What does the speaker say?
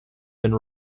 been